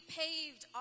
paved